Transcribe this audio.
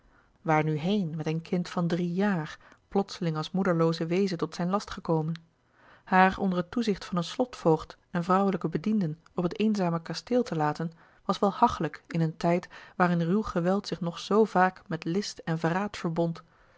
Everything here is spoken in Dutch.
waar nu heen met een kind van drie jaar plotseling als moederlooze weeze tot zijn last gekomen haar onder het toezicht van een slotvoogd en vrouwelijke bedienden op het eenzame kasteel te laten was wel hagelijk in een tijd waarin ruw geweld zich nog zoo vaak met list en verraad verbond